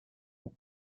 the